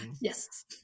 yes